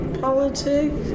politics